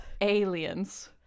aliens